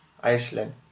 Iceland